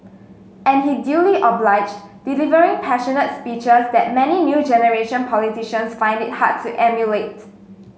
and he duly obliged delivering passionate speeches that many new generation politicians find it hard to emulate